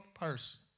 person